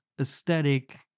aesthetic